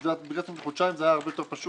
אם הייתם אומרים חודשיים, זה היה הרבה יותר פשוט.